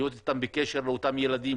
להיות איתם בקשר לאותם ילדים,